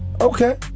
Okay